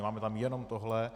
Máme tam jenom tohle.